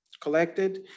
collected